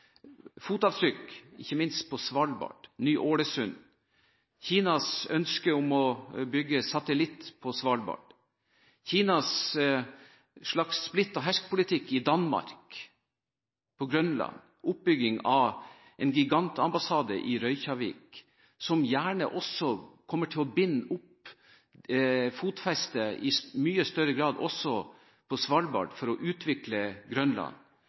fotavtrykk ikke minst på Svalbard, Ny-Ålesund, og ønsket om å bygge satellitt, Kinas splitt-og-hersk-politikk i Danmark, på Grønland, og oppbygging av en gigantambassade i Reykjavik – og som i mye større grad kommer til å få fotfeste på Svalbard for å utvikle Grønland